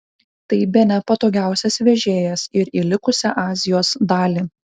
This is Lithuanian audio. tai bene patogiausias vežėjas ir į likusią azijos dalį